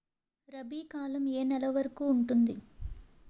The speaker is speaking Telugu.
రబీ కాలం ఏ ఏ నెల వరికి ఉంటుంది?